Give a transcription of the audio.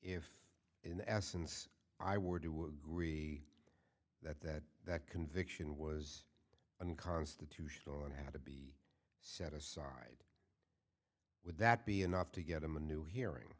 if in essence i were to agree that that conviction was unconstitutional and had to be set aside would that be enough to get them a new hearing